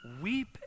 Weep